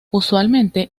usualmente